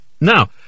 now